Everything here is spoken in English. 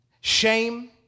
shame